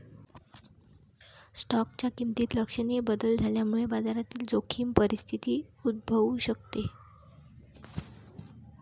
स्टॉकच्या किमतीत लक्षणीय बदल झाल्यामुळे बाजारातील जोखीम परिस्थिती उद्भवू शकते